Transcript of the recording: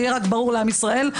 רק שיהיה ברור לעם ישראל,